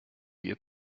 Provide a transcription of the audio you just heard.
wir